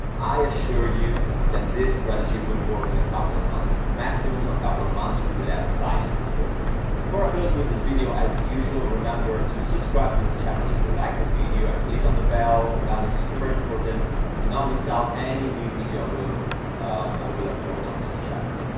i assure you that this strategy will work in a couple of months, maximum a couple of months you will have clients to work with. before i close with this video as usual, remember to subscribe to this channel if you like this video and click on the bell, the bell is super important to not miss out any new video will um i will upload on this channel.